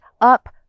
up